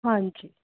ਹਾਂਜੀ